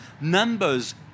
Numbers